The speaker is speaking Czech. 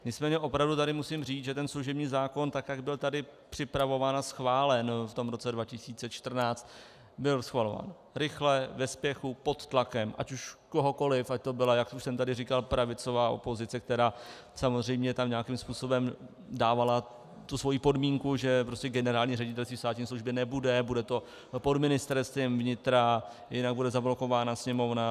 Nicméně tady opravdu musím říct, že služební zákon, jak byl tady připravován a schválen v roce 2014, byl schvalován rychle, ve spěchu, pod tlakem, ať už kohokoliv, ať to byla, jak jsem tady už říkal, pravicová opozice, která tam samozřejmě nějakým způsobem dávala svoji podmínku, že generální ředitelství státní služby nebude, bude to pod Ministerstvem vnitra, jinak bude zablokována Sněmovna.